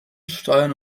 steuern